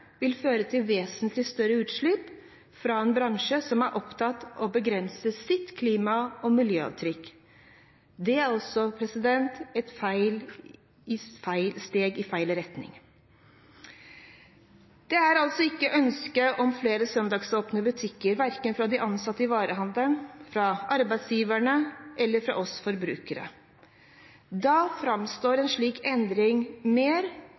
vil føre til vesentlig større utslipp fra en bransje som er opptatt av å begrense sitt klima- og miljøavtrykk. Det er også et steg i feil retning. Det er altså ikke noe ønske om flere søndagsåpne butikker verken fra de ansatte i varehandelen, fra arbeidsgiverne eller fra oss forbrukere. Da framstår en slik endring mer